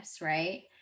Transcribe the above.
right